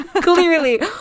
Clearly